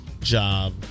job